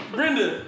Brenda